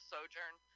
Sojourn